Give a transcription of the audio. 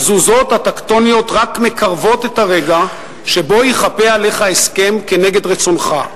התזוזות הטקטוניות רק מקרבות את הרגע שבו ייכפה עליך הסכם כנגד רצונך.